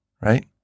right